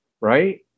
right